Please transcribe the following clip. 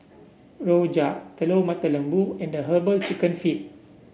Rojak Telur Mata Lembu and herbal chicken feet